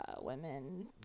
Women